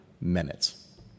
minutes